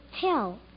tell